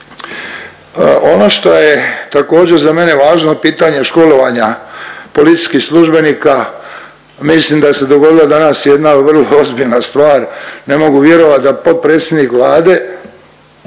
Ono što je također za mene važno pitanje školovanja policijskih službenika, mislim da se dogodila danas jedna vrlo ozbiljna stvar, ne mogu vjerovat da potpredsjedniku Vlade